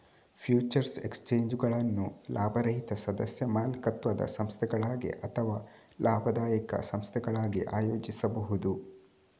futures ಎಕ್ಸ್ಚೇಂಜುಗಳನ್ನು ಲಾಭರಹಿತ ಸದಸ್ಯ ಮಾಲೀಕತ್ವದ ಸಂಸ್ಥೆಗಳಾಗಿ ಅಥವಾ ಲಾಭದಾಯಕ ಸಂಸ್ಥೆಗಳಾಗಿ ಆಯೋಜಿಸಬಹುದು